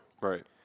Right